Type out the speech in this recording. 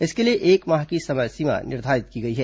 इसके लिए एक माह की समय सीमा निर्धारित की गई है